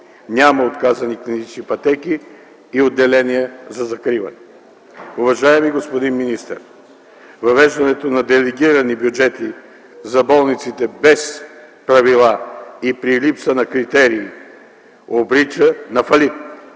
Няма отказани клинични пътеки и отделения за закриване. Уважаеми господин министър, въвеждането на делегирани бюджети за болниците без правила и при липса на критерии обрича на фалит